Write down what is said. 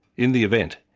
in the event,